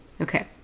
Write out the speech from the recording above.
Okay